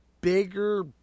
bigger